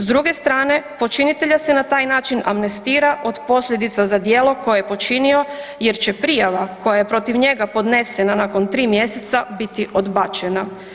S druge strane, počinitelja se na taj način amnestira od posljedica za djelo koje je počinio jer će prijava koja je protiv njega podnesena nakon 3 mjeseca, biti odbačena.